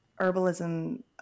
herbalism